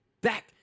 back